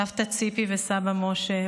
סבתא ציפי וסבא משה,